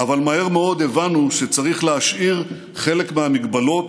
אבל מהר מאוד הבנו שצריך להשאיר חלק מהמגבלות.